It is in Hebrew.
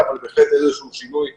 זה המצב שלנו כאן.